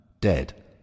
dead